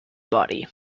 body